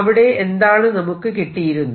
അവിടെ എന്താണ് നമുക്ക് കിട്ടിയിരുന്നത്